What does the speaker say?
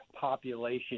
population